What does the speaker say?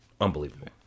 Unbelievable